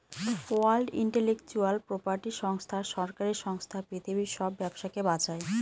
world intellectual property সংস্থা সরকারি সংস্থা পৃথিবীর সব ব্যবসাকে বাঁচায়